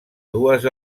dues